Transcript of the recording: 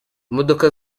imodoka